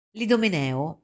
L'idomeneo